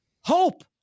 hope